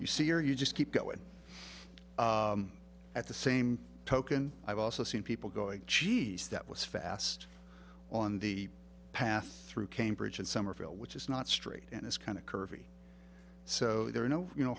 you see or you just keep going at the same token i've also seen people go a cheese that was fast on the path through cambridge and somerville which is not straight and it's kind of curvy so there are no you know